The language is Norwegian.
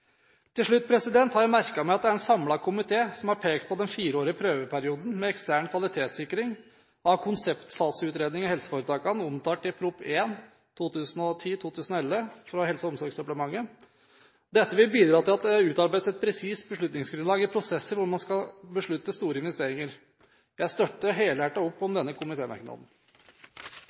Til slutt: Jeg har merket meg at det er en samlet komité som har pekt på den fireårige prøveperioden med ekstern kvalitetssikring av konseptfaseutredning i helseforetakene, omtalt i Prop. 1 S for 2010–2011 fra Helse- og omsorgsdepartementet. Dette vil bidra til at det utarbeides et presist beslutningsgrunnlag i prosesser hvor man skal beslutte store investeringer. Jeg støtter helhjertet opp om denne